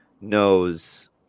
knows